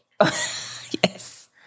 Yes